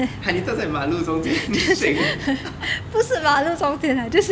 !huh! 你站在马路中间 shake ah